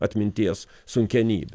atminties sunkenybių